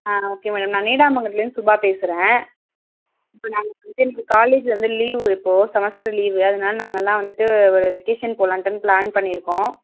ஆ okay madam நான் நீடாமங்கலத்துலேந்து சுபா பேசுகிறேன் இப்போ நாங்கள் வந்து எங்கள் காலேஜு வந்து லீவ்வு இப்போ செமஸ்டர் லீவு அதனால நாங்கள் எல்லாம் வந்துவிட்டு ஒரு வெக்கேஷன் போகலான்ட்டுன் ப்ளான் பண்ணிருக்கோம்